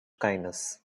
kindness